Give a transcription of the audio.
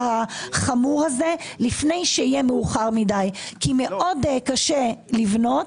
החמור הזה לפני שיהיה מאוחר מדי כי מאוד קשה לבנות,